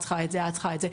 את צריכה את זה.